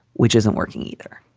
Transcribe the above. which isn't working either.